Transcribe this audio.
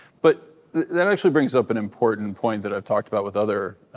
but that actually brings up an important point that i've talked about with other